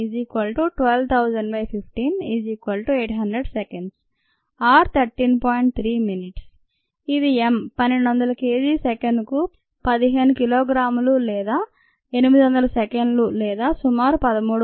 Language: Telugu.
t V rnet 1200015 800 s ఇది m 12000 kg సెకనుకు 15 కిలోగ్రాములు లేదా 800 సెకన్లు లేదా సుమారు 13